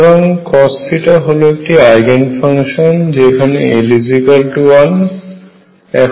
সুতরাং cosθ হল একটি আইগেন ফাংশন যেখানে l1